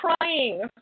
crying